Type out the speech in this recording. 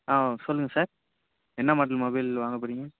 ஆ சொல்லுங்க சார் என்ன model mobile வாங்க போகிறீங்க